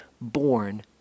born